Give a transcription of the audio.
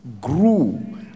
grew